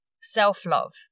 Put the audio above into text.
self-love